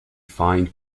fine